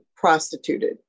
prostituted